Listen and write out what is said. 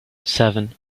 seven